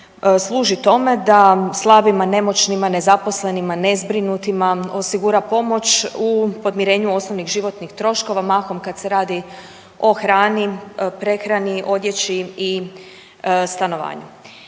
služi tome da slabima, nemoćnima, nezaposlenima, nezbrinutima osigura pomoć u podmirenju osnovnih životnih troškova, mahom kad se radi o hrani, prehrani, odjeći i stanovanju.